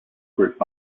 group